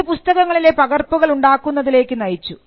ഇത് പുസ്തകങ്ങളിലെ പകർപ്പുകൾ ഉണ്ടാക്കുന്നതിലേക്ക് നയിച്ചു